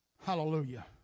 Hallelujah